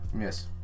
Yes